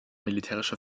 militärische